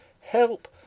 Help